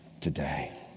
today